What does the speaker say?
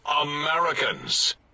Americans